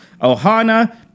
Ohana